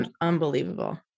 unbelievable